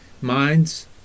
Minds